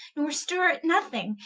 nor stirre at nothing,